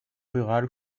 rurale